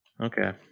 Okay